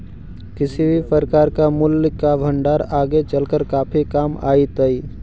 किसी भी प्रकार का मूल्य का भंडार आगे चलकर काफी काम आईतई